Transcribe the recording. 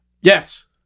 Yes